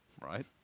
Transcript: right